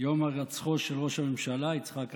ליום הירצחו של ראש הממשלה יצחק רבין,